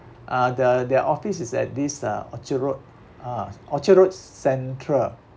uh th~ their offices at this uh orchard road ah orchard road central